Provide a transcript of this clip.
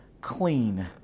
clean